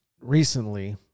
Recently